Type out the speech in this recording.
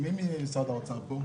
מי נציג משרד האוצר?